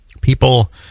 People